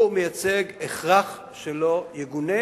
הוא מייצג הכרח שלא יגונה,